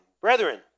Brethren